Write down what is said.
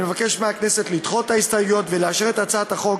אני מבקש מהכנסת לדחות את ההסתייגויות ולאשר את הצעת החוק